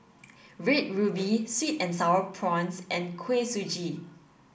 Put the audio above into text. red ruby sweet and sour prawns and Kuih Suji